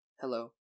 Hello